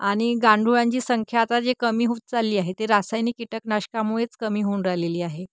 आणि गांडूळांची संख्या आता जे कमी होत चालली आहे ते रासायनिक कीटकनाशकामुळेच कमी होऊन राहिलेली आहे